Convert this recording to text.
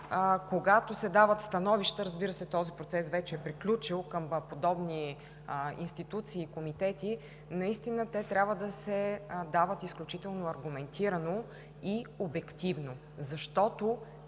когато се дават становища – разбира се, този процес вече е приключил, към подобни институции, комитети, те трябва да се дават изключително аргументирано и обективно, защото